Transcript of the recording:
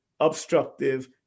obstructive